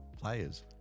players